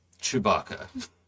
Chewbacca